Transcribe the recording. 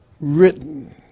written